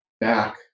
back